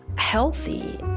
healthy!